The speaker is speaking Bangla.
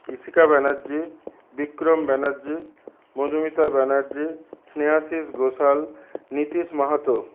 ইশিকা ব্যানার্জী বিক্রম ব্যানার্জী মধুমিতা ব্যানার্জী স্নেহাশিস ঘোষাল নীতিশ মাহাতো